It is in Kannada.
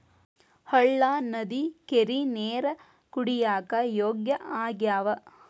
ಹಳ್ಳಾ ನದಿ ಕೆರಿ ನೇರ ಕುಡಿಯಾಕ ಯೋಗ್ಯ ಆಗ್ಯಾವ